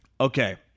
Okay